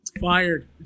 Fired